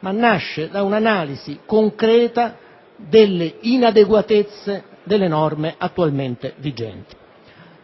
ma da un'analisi concreta delle inadeguatezze delle norme attualmente vigenti.